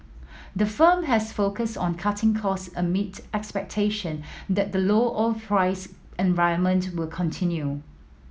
the firm has focused on cutting costs amid expectation that the low oil price environment will continue